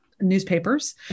newspapers